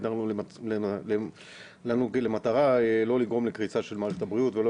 הגדרנו לנו למטרה לא לגרום לקריסה של מערכת הבריאות ולא